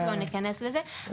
אנחנו לא ניכנס לזה,